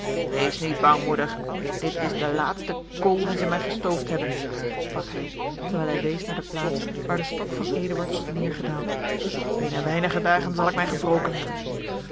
wees niet bang moeder dit is de laatste kool die zij mij gestoofd hebben sprak hij terwijl hij wees naar de plaats waar de stok van eduard was neêrgedaald binnen weinige dagen zal ik mij gewroken hebben